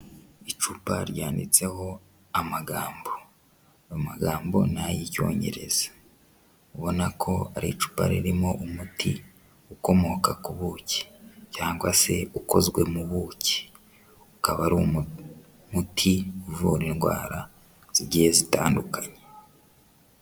Icupa ryanditseho amagambo, amagambo ni ay'icyongereza, ubona ko ari icupa ririmo umuti ukomoka ku buki cg se ukozwe mu buki, ukaba ari umuti uvura indwara zigiye zitandukanye.